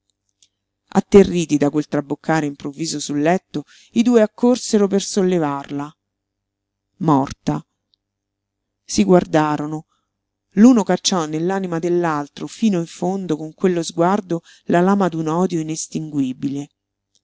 atterriti da quel traboccare improvviso sul letto i due accorsero per sollevarla morta si guardarono l'uno cacciò nell'anima dell'altro fino in fondo con quello sguardo la lama d'un odio inestinguibile